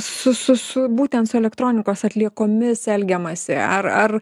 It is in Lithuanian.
su su su būtent su elektronikos atliekomis elgiamasi ar ar